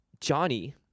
Johnny